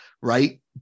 right